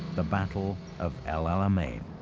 the battle of el alamein.